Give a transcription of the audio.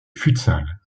futsal